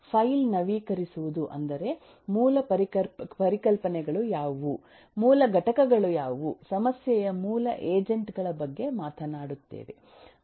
file ನವೀಕರಿಸುವುದು ಅಂದರೆ ಮೂಲ ಪರಿಕಲ್ಪನೆಗಳು ಯಾವುವು ಮೂಲ ಘಟಕಗಳು ಯಾವುವು ಸಮಸ್ಯೆಯ ಮೂಲ ಏಜೆಂಟ್ ಗಳ ಬಗ್ಗೆ ಮಾತನಾಡುತ್ತೇವೆ